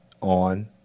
on